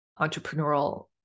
entrepreneurial